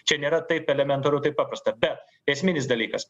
čia nėra taip elementaru taip paprasta bet esminis dalykas